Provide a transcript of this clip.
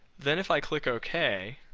then if i click ok